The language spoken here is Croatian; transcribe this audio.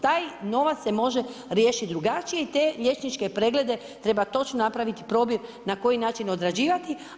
Taj novac se može riješiti drugačije i te liječničke preglede treba točno napraviti probir na koji način odrađivati.